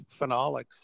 phenolics